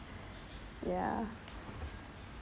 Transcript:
yeah